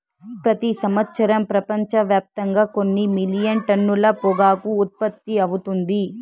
ప్రతి సంవత్సరం ప్రపంచవ్యాప్తంగా కొన్ని మిలియన్ టన్నుల పొగాకు ఉత్పత్తి అవుతుంది